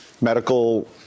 medical